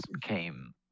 came